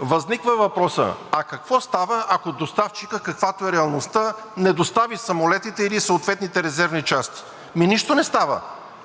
Възниква въпросът: какво става, ако доставчикът, каквато е реалността, не достави самолетите или съответните резервни части? Ами нищо не става!